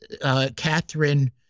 Catherine